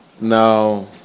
Now